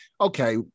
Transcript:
Okay